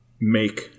make